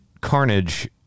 Carnage